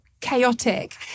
chaotic